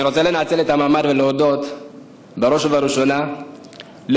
אני רוצה לנצל את המעמד ולהודות בראש ובראשונה להוריי,